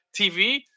TV